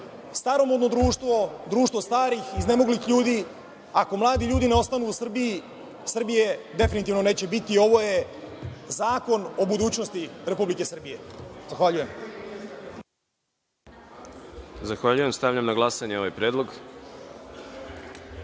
staromodno društvo, društvo starih, iznemoglih ljudi. Ako mladi ljudi ne ostanu u Srbiji, Srbije definitivno neće biti. Ovo je zakon o budućnosti Republike Srbije. Zahvaljujem. **Đorđe Milićević** Zahvaljujem. Stavljam na glasanje ovaj